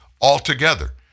altogether